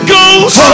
Ghost